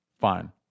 fine